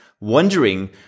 wondering